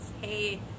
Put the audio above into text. Hey